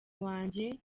wanjye